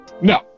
No